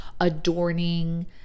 adorning